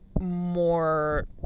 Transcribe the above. more